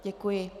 Děkuji.